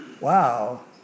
wow